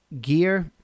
gear